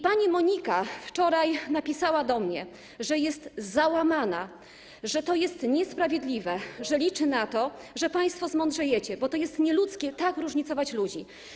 Pani Monika wczoraj napisała do mnie, że jest załamana, że to jest niesprawiedliwe, że liczy na to, że państwo zmądrzejecie, bo to jest nieludzkie tak różnicować ludzi.